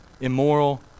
immoral